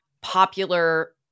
popular